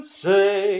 say